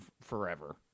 forever